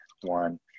one